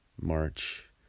March